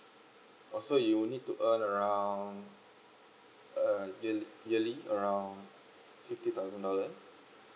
also you need to earned around uh yearl~ yearly around fifty thousand dollar